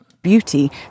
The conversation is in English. beauty